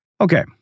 Okay